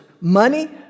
Money